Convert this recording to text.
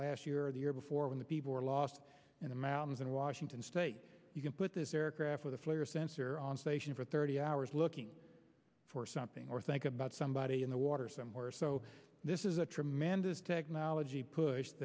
last year the year before when the people were lost in the mountains in washington state you can put this aircraft with a flare sensor on station for thirty hours looking for something or think about somebody in the water somewhere so this is a tremendous technology push